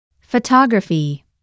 Photography